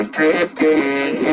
Drifting